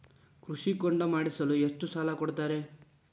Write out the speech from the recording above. ಕೃಷಿ ಹೊಂಡ ಮಾಡಿಸಲು ಎಷ್ಟು ಸಾಲ ಕೊಡ್ತಾರೆ?